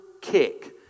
kick